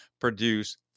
produce